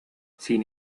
sin